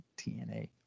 TNA